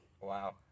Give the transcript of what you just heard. Wow